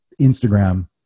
Instagram